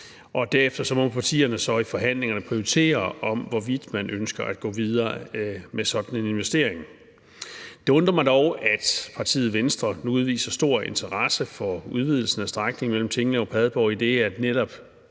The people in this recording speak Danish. derefter må partierne så i forhandlingerne prioritere, hvorvidt man ønsker at gå videre med sådan en investering. Det undrer mig dog, at partiet Venstre nu udviser stor interesse for udvidelsen af strækningen mellem Tinglev og Padborg, idet netop